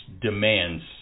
demands